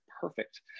perfect